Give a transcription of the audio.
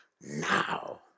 now